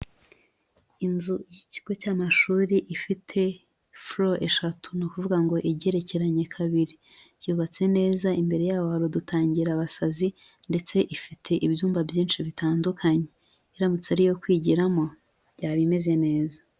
Inzu y'ikigo cy'amashuri ifite foro eshatu, ni ukuvuga ngo igerekeranye kabiri, yubatse neza, imbere yaho hari udutangira abasazi, ndetse ifite ibyumba byinshi bitandukanye, iramutse ari iyo kwigiramo, yaba imeze neza.